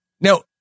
Now